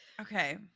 Okay